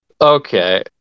Okay